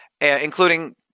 including